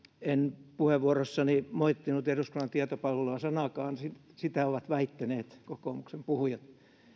en puheenvuorossani moittinut eduskunnan tietopalvelua sanallakaan sitä sitä ovat väittäneet kokoomuksen puhujat